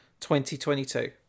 2022